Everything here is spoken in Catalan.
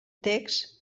text